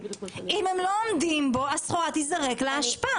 אם הם לא עומדים בו הסחורה תיזרק לאשפה.